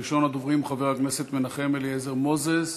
ראשון הדוברים: מנחם אליעזר מוזס,